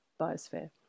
biosphere